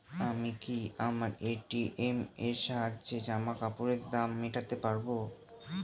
আমি কি আমার এ.টি.এম এর সাহায্যে জামাকাপরের দাম মেটাতে পারব?